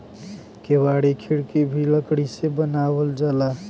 केवाड़ी खिड़की भी लकड़ी से बनावल जाला